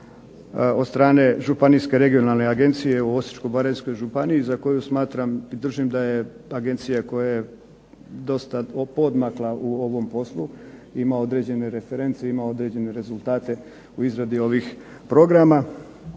od strane Županijske regularne agencije u Osječko-baranjskoj županiji za koju smatram i držim da je agencija koja je dosta poodmakla u ovom poslu, ima određene reference, ima određene rezultate u izvedbi ovih programa